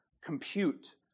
compute